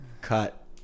Cut